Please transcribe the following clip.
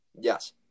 Yes